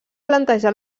plantejar